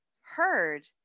heard